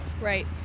right